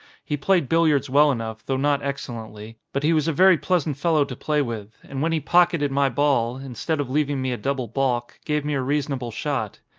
he played billiards well enough, though not excellently, but he was a very pleasant fellow to play with and when he pock eted my ball, instead of leaving me a double balk, gave me a reasonable shot.